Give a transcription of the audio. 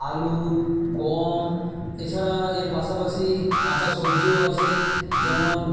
আলু গম এ ছাড়া এর পাশাপাশি কাঁচা সবজিও আছে যেমন